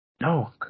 No